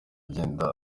agenda